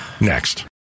next